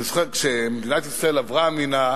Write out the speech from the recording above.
אני זוכר, כשמדינת ישראל עברה מן